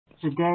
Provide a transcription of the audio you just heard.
today